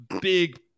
big